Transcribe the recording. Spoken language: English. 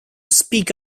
speak